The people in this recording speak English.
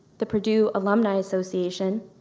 the purdue alumni association,